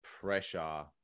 pressure